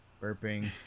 burping